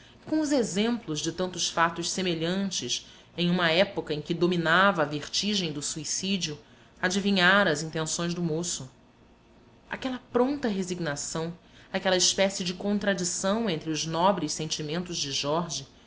com os exemplos de tantos fatos semelhantes em uma época em que dominava a vertigem do suicídio adivinhara as intenções do moço aquela pronta resignação aquela espécie de contradição entre os nobres sentimentos de jorge